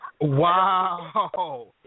Wow